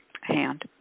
hand